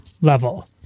level